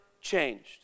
changed